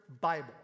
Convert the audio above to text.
Bible